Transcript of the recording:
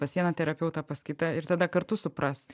pas vieną terapeutą pas kitą ir tada kartu supras